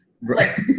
right